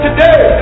Today